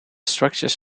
structures